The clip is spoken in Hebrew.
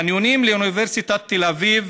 חניונים לאוניברסיטת תל אביב